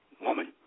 woman